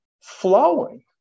flowing